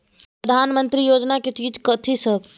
प्रधानमंत्री योजना की चीज कथि सब?